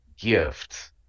Gift